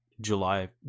July